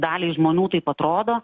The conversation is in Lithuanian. daliai žmonių taip atrodo